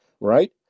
right